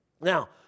Now